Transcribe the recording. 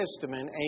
Testament